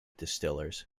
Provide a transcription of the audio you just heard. distillers